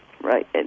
Right